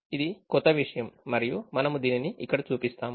ఇది క్రొత్త విషయం మరియు మనము దీనిని ఇక్కడ చూపిస్తాము